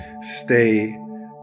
stay